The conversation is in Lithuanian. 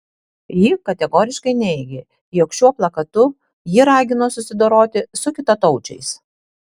ji kategoriškai neigė jog šiuo plakatu ji ragino susidoroti su kitataučiais